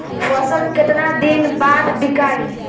फसल केतना दिन बाद विकाई?